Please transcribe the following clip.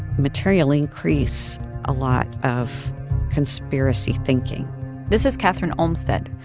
materially increase a lot of conspiracy thinking this is kathryn olmsted.